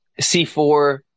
C4